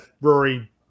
rory